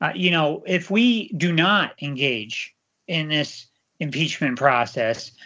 ah you know, if we do not engage in this impeachment process,